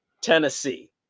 Tennessee